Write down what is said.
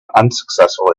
unsuccessful